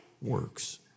works